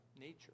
nature